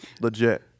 Legit